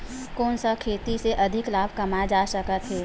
कोन सा खेती से अधिक लाभ कमाय जा सकत हे?